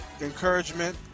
encouragement